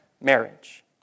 marriage